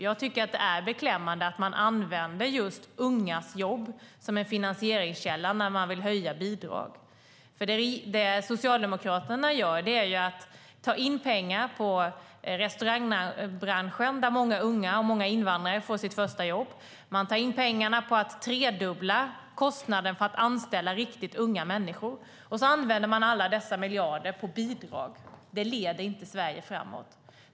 Jag tycker att det är beklämmande att man använder just ungas jobb som en finansieringskälla när man vill höja bidrag. Det som Socialdemokraterna gör är nämligen att ta in pengar från restaurangbranschen där många unga och många invandrare får sitt första jobb. De tar in pengarna genom att tredubbla kostnaderna för att anställa riktigt unga människor. Sedan använder de alla dessa miljarder till bidrag. Det leder inte Sverige framåt.